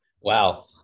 Wow